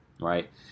right